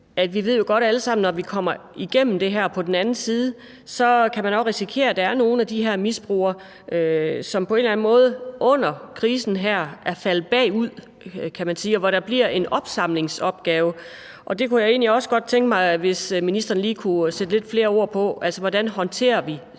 at vi jo alle sammen godt ved, at når vi kommer igennem det her og er på den anden side, kan man også risikere, at der er nogle af de her misbrugere, som på en eller anden måde under krisen her er faldet bagud, kan man sige, og hvor der bliver en opsamlingsopgave. Det kunne jeg egentlig også godt tænke mig at ministeren lige kunne sætte lidt flere ord på, altså: Hvordan håndterer vi